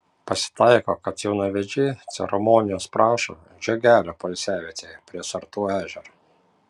pasitaiko kad jaunavedžiai ceremonijos prašo žiogelio poilsiavietėje prie sartų ežero